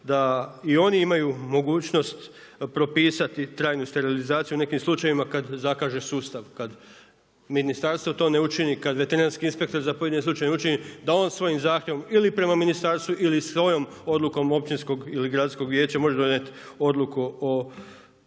da i oni imaju mogućnost propisat trajnu sterilizaciju u nekim slučajevima kad zakaže sustav, kad ministarstvo to ne učini, kad veterinarski inspektor za pojedini slučaj učini da on svoj zahtjevom ili prema ministarstvu ili sa ovom odlukom općinskog ili gradskog vijeća može donijeti odluku o